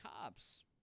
cops